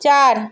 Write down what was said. চার